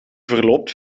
verloopt